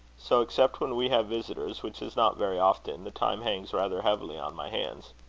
so, except when we have visitors, which is not very often, the time hangs rather heavy on my hands.